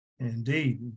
Indeed